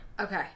Okay